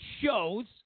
shows